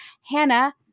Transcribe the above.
Hannah